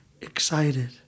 excited